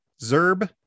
Zerb